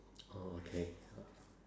oh okay